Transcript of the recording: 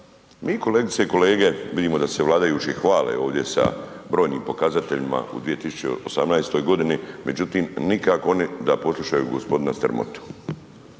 Mi kolegice kolege vidimo da se vladajući hvale ovdje sa brojnim pokazateljima u 2018. godini, međutim nikako oni da poslušaju gospodina Strmotu.